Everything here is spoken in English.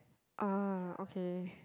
ah okay